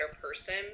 person